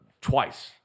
twice